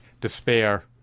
despair